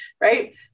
right